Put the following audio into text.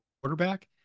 quarterback